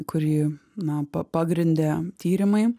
kurį na pa pagrindė tyrimai